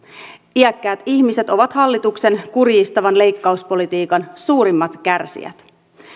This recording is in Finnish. iäkkäät ihmiset ovat hallituksen kurjistavan leikkauspolitiikan suurimmat kärsijät